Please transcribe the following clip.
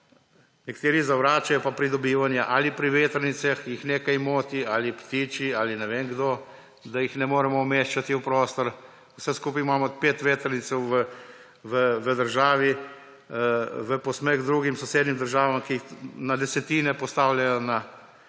nekateri pa zavračajo pridobivanje; pri vetrnicah jih nekaj moti, ali ptiči ali ne vem kdo, da jih ne moremo umeščati v prostor. Vsega skupaj imamo pet vetrnic v državi, v posmeh drugih sosednjim državam, ki jih na desetine postavljajo letno.